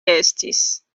estis